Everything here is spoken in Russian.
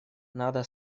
надо